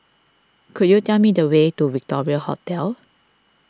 could you tell me the way to Victoria Hotel